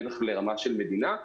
בטח לרמה של מדינה,